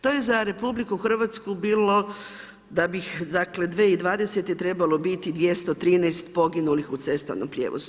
To je za RH bilo, da bi 2020. trebalo biti 213 poginulih u cestovnom prijevozu.